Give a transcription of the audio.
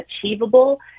achievable